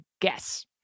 guess